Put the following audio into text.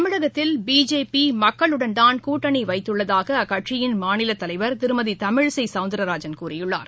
தமிழகத்தில் பிஜேபி மக்களுடன் தான் கூட்டணி வைத்துள்ளதாக அக்கட்சியின் மாநில தலைவர் திருமதி தமிழிசை சௌந்தரராஜன் கூறியுள்ளார்